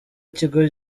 ikigo